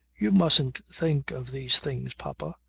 you mustn't think of these things, papa,